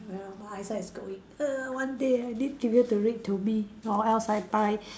well my eyesight is going err one day I need people to read to me or else I buy